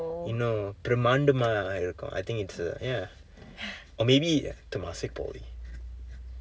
இன்னும் பிரமாண்டமாக இருக்கும்:innum piramaandamaaka irukkum I think it's uh ya or maybe temasek poly